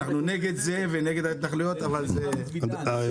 אנחנו נגד זה ונגד ההתנחלויות אבל זה --- היושב-ראש,